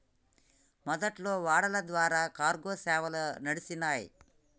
మొదట్లో ఓడల ద్వారా కార్గో సేవలు నడిచినాయ్